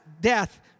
death